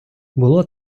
було